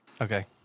Okay